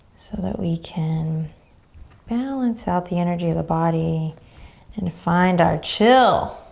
so that we can balance out the energy of the body and find our chill.